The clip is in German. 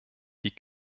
die